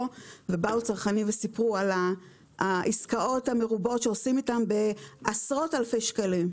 ובאו צרכנים וסיפרו על העסקאות המרובות שעושים איתם בעשרות אלפי שקלים.